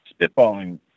spitballing